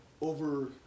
over